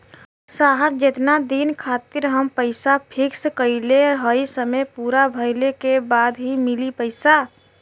साहब जेतना दिन खातिर हम पैसा फिक्स करले हई समय पूरा भइले के बाद ही मिली पैसा?